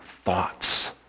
thoughts